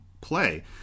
play